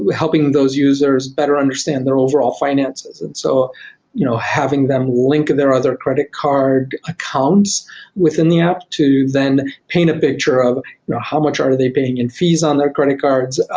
helping those users better understand their overall finances and so you know having them link their other credit card accounts within the app. to then paint a picture of how much are they paying on and fees on their credit card,